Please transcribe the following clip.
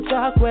Talk